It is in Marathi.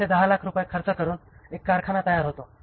इथे 10 लाख रुपये खर्च करून एक कारखाना तयार होतो आहे